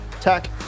tech